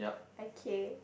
okay